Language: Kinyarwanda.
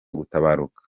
gutabaruka